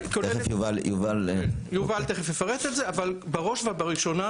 יובל תכף יפרט על זה, אבל בראש ובראשונה,